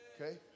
Okay